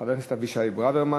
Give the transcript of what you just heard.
חבר הכנסת אבישי ברוורמן.